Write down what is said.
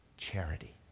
Charity